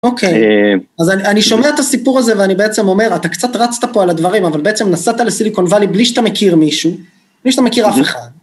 אוקיי, אז אני שומע את הסיפור הזה ואני בעצם אומר, אתה קצת רצת פה על הדברים, אבל בעצם נסעת לסיליקון ואלי בלי שאתה מכיר מישהו, בלי שאתה מכיר אף אחד.